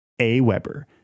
AWeber